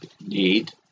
need